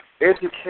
Education